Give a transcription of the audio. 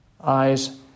Eyes